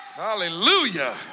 Hallelujah